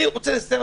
אני רוצה לסיים,